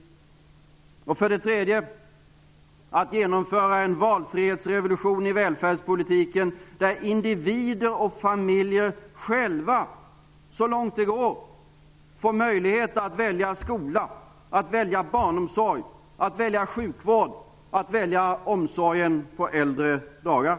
Det gällde för det tredje att genomföra en valfrihetsrevolution i välfärdspolitiken och se till så att individer och familjer själva, så långt det går, får möjlighet att välja skola, att välja barnomsorg, att välja sjukvård och att välja omsorgen på äldre dagar.